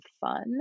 fun